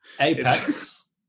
Apex